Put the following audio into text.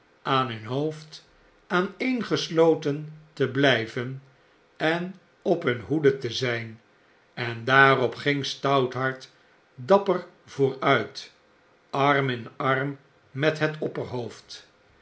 aan hun hoofd aaneengesloten te blijven en op hun hoede te zgn en daarop ging stouthart dapper vooruit arm in arm met net opperhoofd